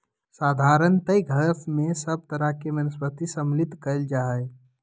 साधारणतय घास में सब तरह के वनस्पति सम्मिलित कइल जा हइ